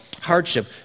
hardship